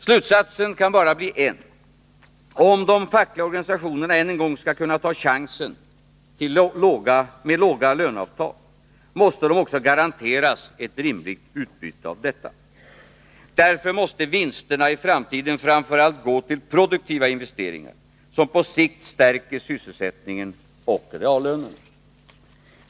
Slutsatsen kan bara bli en: om de fackliga organisationerna än en gång skall kunna ta chansen med låga löneavtal, måste de också garanteras ett rimligt utbyte av detta. Därför måste vinsterna i framtiden framför allt gå till produktiva investeringar som på sikt stärker sysselsättningen och reallönerna.